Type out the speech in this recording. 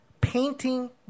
painting